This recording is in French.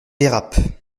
dérapent